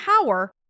Power